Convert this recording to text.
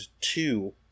two